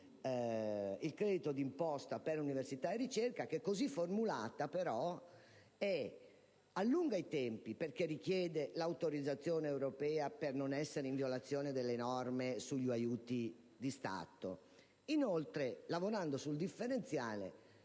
il credito d'imposta per università e ricerca. Come formulata, essa infatti allunga i tempi, perché richiede l'autorizzazione europea per non essere in violazione delle norme sugli aiuti di Stato; inoltre, lavorando sul differenziale,